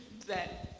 that